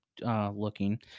looking